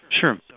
Sure